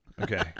Okay